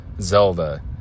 Zelda